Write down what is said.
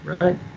right